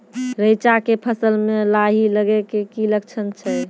रैचा के फसल मे लाही लगे के की लक्छण छै?